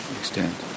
extent